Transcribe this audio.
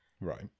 Right